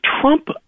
Trump